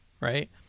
right